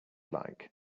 like